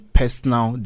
personal